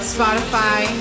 Spotify